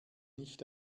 nicht